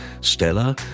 ...Stella